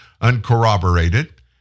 uncorroborated